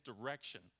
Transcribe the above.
direction